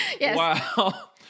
Wow